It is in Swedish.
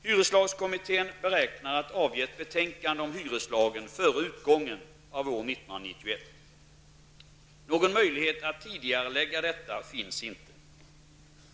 Hyreslagskommittén beräknar att avge ett betänkande om hyreslagen före utgången av år 1991. Någon möjlighet att tidigarelägga detta finns inte.